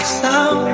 sound